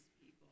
people